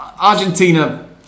Argentina